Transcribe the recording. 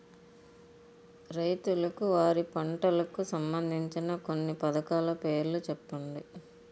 రైతులకు వారి పంటలకు సంబందించిన కొన్ని పథకాల పేర్లు చెప్పండి?